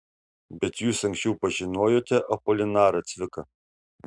bet jūs anksčiau pažinojote apolinarą cviką